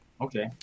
Okay